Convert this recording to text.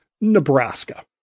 Nebraska